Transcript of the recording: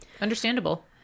understandable